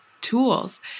tools